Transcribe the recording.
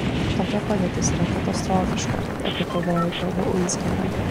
tokia padėtis yra katastrofiška apie pavojų kalba uinskienė